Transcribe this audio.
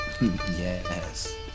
Yes